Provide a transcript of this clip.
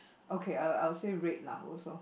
okay uh I will say red lah worst loh